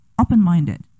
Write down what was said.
open-minded